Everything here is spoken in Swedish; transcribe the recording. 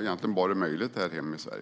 egentligen bara är möjligt här hemma i Sverige.